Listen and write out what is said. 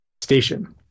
station